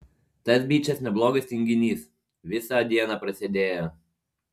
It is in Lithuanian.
tas bičas neblogas tinginys visą dieną prasėdėjo